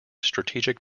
strategic